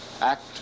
Act